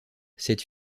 cette